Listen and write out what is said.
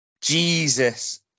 Jesus